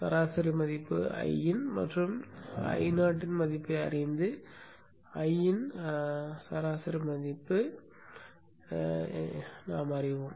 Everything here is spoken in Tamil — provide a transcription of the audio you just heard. சராசரி மதிப்பு Iin மற்றும் Io இன் மதிப்பை அறிந்துIin இன் மதிப்பு நாம் அறிவோம்